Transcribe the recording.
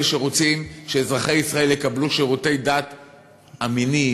אלה שרוצים שאזרחי ישראל יקבלו שירותי דת אמינים,